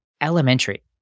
elementary